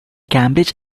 cambridge